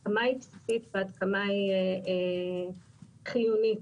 עד כמה היא חיונית